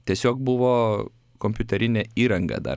tiesiog buvo kompiuterinė įranga dar